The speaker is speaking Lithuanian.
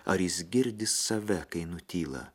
ar jis girdi save kai nutyla